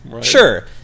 Sure